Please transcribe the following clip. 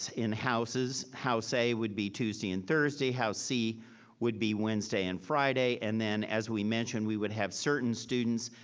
in houses, house a would be tuesday and thursday, house c would be wednesday and friday. and then as we mentioned, we would have certain students,